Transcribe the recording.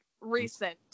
recent